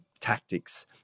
tactics